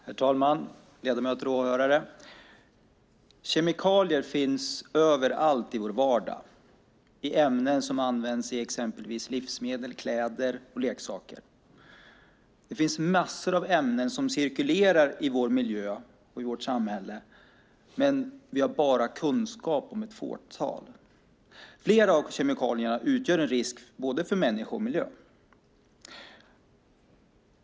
Herr talman! Ledamöter och åhörare! Kemikalier finns överallt i vår vardag, i ämnen som används i exempelvis livsmedel, kläder och leksaker. Det finns massor av ämnen som cirkulerar i vår miljö och i vårt samhälle, men vi har bara kunskap om ett fåtal. Flera av kemikalierna utgör en risk för både människor och miljö.